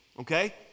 okay